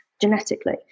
genetically